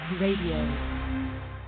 Radio